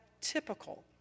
typical